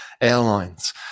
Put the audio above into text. airlines